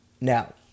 Now